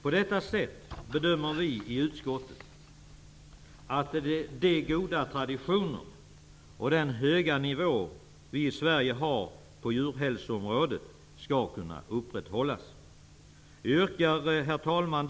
På detta sätt skall enligt utskottets bedömning de goda traditioner och den höga nivå vi i Sverige har på djurhälsoområdet kunna upprätthållas. Herr talman!